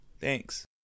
Thanks